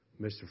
Mr